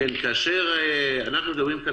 אנחנו מדברים כאן,